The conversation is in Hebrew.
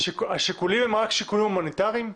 השיקולים הם רק שיקולים הומניטריים?